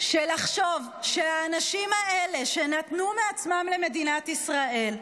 שלחשוב שהאנשים האלה, שנתנו מעצמם למדינת ישראל,